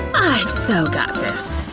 i've so got this.